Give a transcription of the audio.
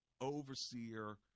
overseer